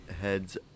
heads